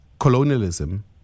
colonialism